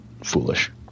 foolish